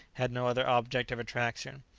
had no other object of attraction.